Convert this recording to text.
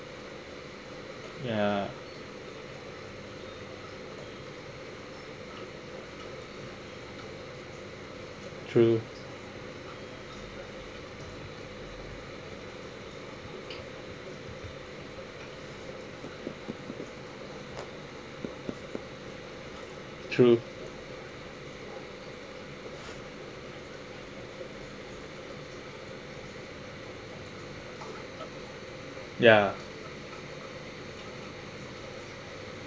ya true true ya